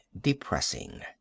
depressing